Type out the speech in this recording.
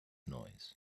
noise